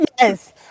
Yes